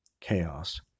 chaos